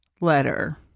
letter